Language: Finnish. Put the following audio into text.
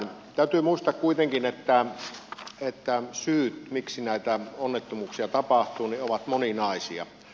täytyy muistaa kuitenkin että syyt miksi näitä onnettomuuksia tapahtuu ovat moninaisia